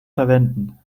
verwenden